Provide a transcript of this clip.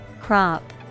Crop